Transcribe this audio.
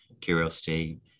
curiosity